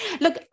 Look